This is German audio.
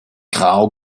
grau